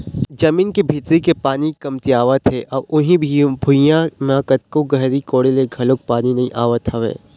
जमीन के भीतरी के पानी कमतियावत हे अउ उही भुइयां म कतको गहरी कोड़े ले घलोक पानी नइ आवत हवय